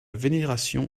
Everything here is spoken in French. vénération